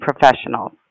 professionals